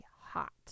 hot